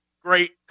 Great